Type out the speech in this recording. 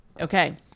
Okay